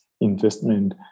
investment